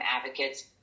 advocates